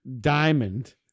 diamond